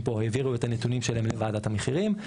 פה העבירו את הנתונים שלהם לוועדת המחירים,